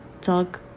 talk